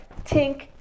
Tink